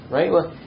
Right